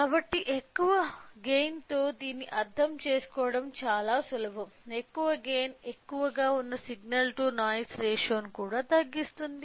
కాబట్టి ఎక్కువ గైన్ తో దీన్ని అర్థం చేసుకోవడం చాలా సులభం ఎక్కువ గైన్ ఎక్కువ గా వున్న సిగ్నల్ టు నాయిస్ రేషియో ను తగ్గిస్తుంది